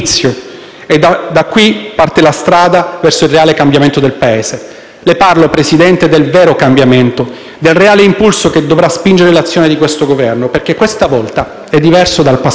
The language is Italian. E da qui parte la strada verso il reale cambiamento del Paese. Le parlo, signor Presidente, del vero cambiamento, del reale impulso che dovrà spingere l'azione di questo Governo, perché questa volta è diverso dal passato.